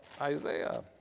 Isaiah